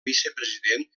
vicepresident